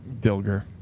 Dilger